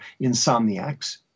insomniacs